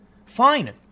Fine